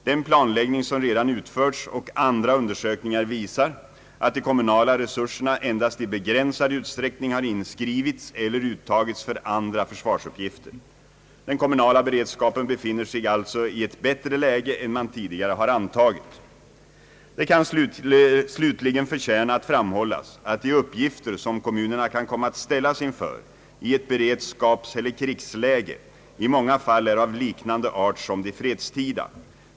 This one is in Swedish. Den planläggning som redan utförts och andra undersökningar visar att de kommunala resurserna endast i begränsad utsträckning har inskrivits eller uttagits för andra försvarsuppgifter. Den kommunala beredskapen befinner sig alltså i ett bättre läge än man tidigare har antagit. Det kan slutligen förtjäna att framhållas att de uppgifter som kommunerna kan komma att ställas inför i ett beredskapseller krigsläge i många fall är av liknande art som de fredstida.